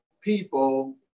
people